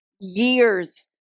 years